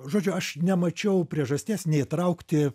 žodžiu aš nemačiau priežasties neįtraukti